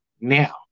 now